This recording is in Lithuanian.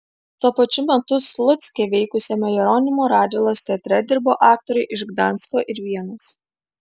tuo pačiu metu slucke veikusiame jeronimo radvilos teatre dirbo aktoriai iš gdansko ir vienos